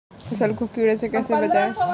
फसल को कीड़ों से कैसे बचाएँ?